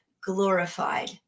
glorified